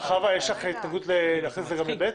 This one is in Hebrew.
חוה, יש לך התנגדות להכניס את זה גם ל-ב'?